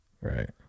right